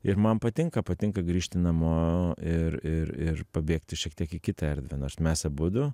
ir man patinka patinka grįžti namo ir ir ir pabėgti šiek tiek į kitą erdvę nors mes abudu